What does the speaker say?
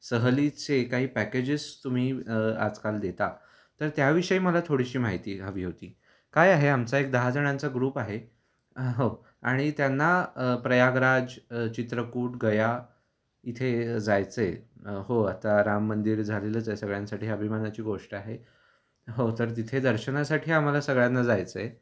सहलीचे काही पॅकेजेस तुम्ही आजकाल देता तर त्याविषयी मला थोडीशी माहिती हवी होती काय आहे आमचा एक दहा जणांचा ग्रुप आहे हो आणि त्यांना प्रयागराज चित्रकूट गया इथे जायचं आहे हो आता राम मंदिर झालेलंच आहे सगळ्यांसाठी अभिमानाची गोष्ट आहे हो तर तिथे दर्शनासाठी आम्हाला सगळ्यांना जायचं आहे